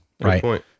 Right